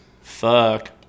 Fuck